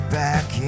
back